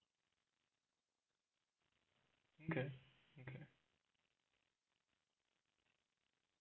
okay